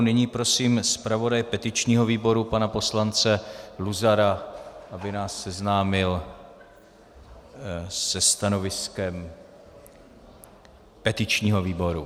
Nyní prosím zpravodaje petičního výboru pana poslance Luzara, aby nás seznámil se stanoviskem petičního výboru.